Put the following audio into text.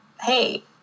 hey